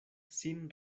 sin